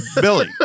billy